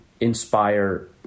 inspire